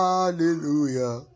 Hallelujah